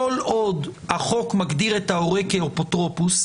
כל עוד החוק מגדיר את ההורה כאפוטרופוס,